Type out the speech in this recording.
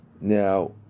Now